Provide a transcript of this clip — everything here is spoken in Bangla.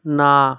না